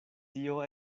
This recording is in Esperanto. tio